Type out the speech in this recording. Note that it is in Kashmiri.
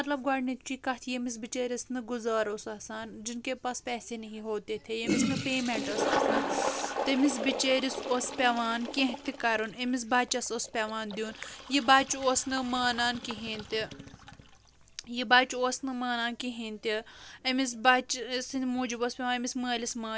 مطلب گۄڈٕنِچی کَتھ ییٚمِس بَچٲرِس نہٕ گُزارٕ اوس آسان جن کے پاس پیٚسے نہیں ہوتے تھے ییٚمِس نہٕ پیٚمٮ۪نٛٹ ٲسۍ آسان تٔمِس بِچٲرِس اوس پٮ۪وان کیٚنٛہہ تہِ کَرُن أمِس بَچس اوس پٮ۪وان دیُن یہِ بَچہٕ اوس نہَ مانان کِہیٖنٛۍ تہِ یہِ بَچہٕ اوس نہٕ مانان کِہیٖنی تہِ أمِس بَچہٕ سٕنٛدِ موجوٗب ٲسۍ پٮ۪وان أمِس مٲلِس ماجہِ